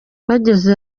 bageze